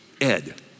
Ed